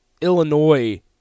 Illinois